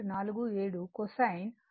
47 cosine